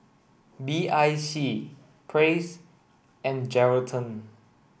B I C Praise and Geraldton